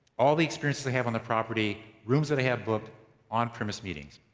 all the experiences they have on the property, rooms that i have booked on premise meetings.